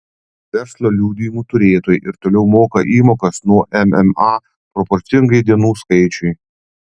verslo liudijimų turėtojai ir toliau moka įmokas nuo mma proporcingai dienų skaičiui